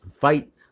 fight